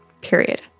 period